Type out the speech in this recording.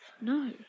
No